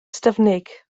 ystyfnig